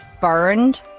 burned